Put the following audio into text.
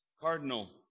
Cardinal